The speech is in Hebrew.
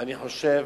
אני חושב,